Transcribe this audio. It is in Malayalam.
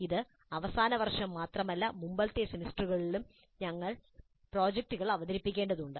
ഇത് അവസാന വർഷം മാത്രമല്ല മുമ്പത്തെ സെമസ്റ്ററുകളിലും ഞങ്ങൾ പ്രോജക്റ്റുകൾ അവതരിപ്പിക്കേണ്ടതുണ്ട്